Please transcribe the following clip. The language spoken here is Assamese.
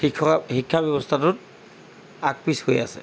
শিক্ষ শিক্ষা ব্যৱস্থাটোত আগ পিছ হৈ আছে